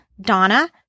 Donna